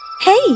Hey